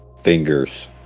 fingers